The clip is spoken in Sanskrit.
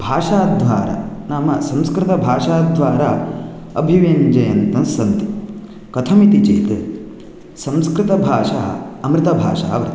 भाषाद्वारा नाम संस्कृतभाषाद्वारा अभिव्यञ्जयन्तः सन्ति कथमिति चेत् संस्कृतभाषा अमृतभाषा वर्तते